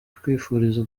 kwifuriza